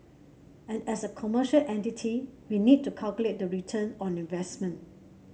and as a commercial entity we need to calculate the return on investment